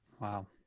Wow